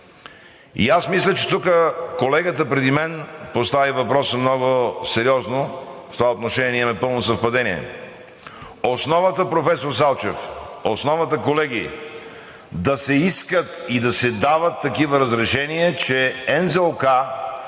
Мисля, че тук колегата преди мен постави въпроса много сериозно. В това отношение имаме пълно съвпадение. Основата, професор Салчев, основата, колеги, да се искат и да се дават такива разрешения е, че НЗОК